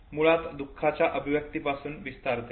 जे मुळात दुखाच्या अभिव्यक्ती पासून विस्तारते